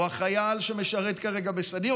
או החייל שמשרת כרגע בסדיר,